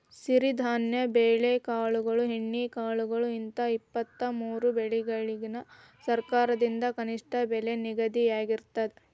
ಸಿರಿಧಾನ್ಯ ಬೆಳೆಕಾಳುಗಳು ಎಣ್ಣೆಕಾಳುಗಳು ಹಿಂತ ಇಪ್ಪತ್ತಮೂರು ಬೆಳಿಗಳಿಗ ಸರಕಾರದಿಂದ ಕನಿಷ್ಠ ಬೆಲೆ ನಿಗದಿಯಾಗಿರ್ತದ